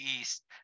East